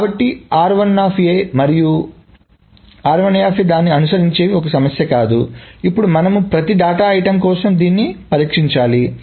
కాబట్టి మరియు దానిని అనుసరించేవి ఒక సమస్య కాదు ఇప్పుడు మనము ప్రతి డేటా ఐటెమ్ కోసం దీనిని పరీక్షించాలి